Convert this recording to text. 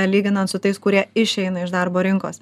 lyginant su tais kurie išeina iš darbo rinkos